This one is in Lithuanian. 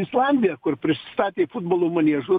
islandiją kur prisistatė futbolo maniežų